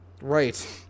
Right